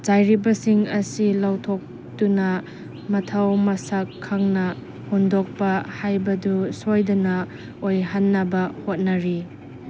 ꯆꯥꯏꯔꯤꯕꯁꯤꯡ ꯑꯁꯤ ꯂꯧꯊꯣꯛꯇꯨꯅ ꯃꯊꯧ ꯃꯁꯛ ꯈꯪꯅ ꯍꯨꯟꯗꯣꯛꯄ ꯍꯥꯏꯕꯗꯨ ꯁꯣꯏꯗꯅ ꯑꯣꯏꯍꯟꯅꯕ ꯍꯣꯠꯅꯔꯤ